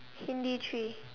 Hindi three